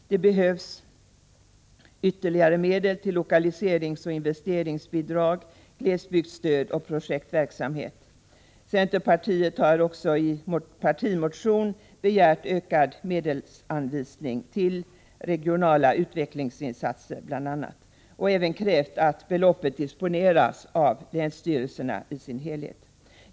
Det behövs ytterligare medel till lokaliseringsoch investeringsbidrag, glesbygdsstöd och projektverksamhet. Centerpartiet har också i en partimotion begärt bl.a. ökad medelsanvisning till regionala utvecklingsinsatser och även krävt att beloppet i dess helhet disponeras av länsstyrelserna.